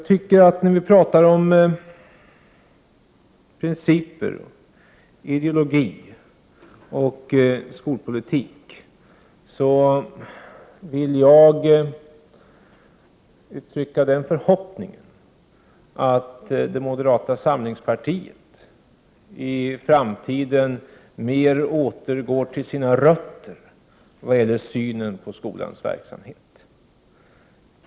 När vi nu talar om principer, ideologi och skolpolitik vill jag uttrycka den förhoppningen att moderata samlingspartiet, vad gäller synen på skolans verksamhet, i framtiden mer återgår till sina rötter.